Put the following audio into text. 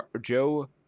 Joe